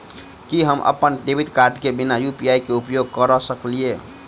की हम अप्पन debit card केँ बिना यु.पी.आई केँ उपयोग करऽ सकलिये?